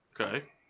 okay